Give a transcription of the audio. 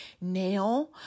now